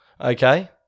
Okay